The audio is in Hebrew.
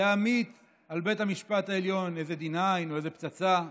להמיט על בית המשפט העליון איזה D9 או איזה פצצה,